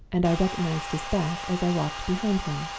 and i recognized his back as i walked behind him.